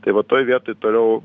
tai va toj vietoj toliau